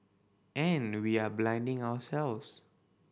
and we are blinding ourselves